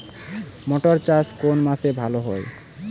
মটর চাষ কোন মাসে ভালো হয়?